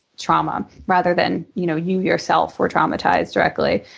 trauma, rather than you know you yourself were traumatized directly.